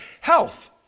Health